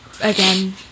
again